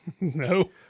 No